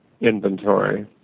inventory